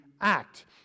act